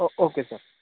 ఓక్ okay sir